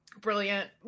brilliant